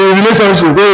relationship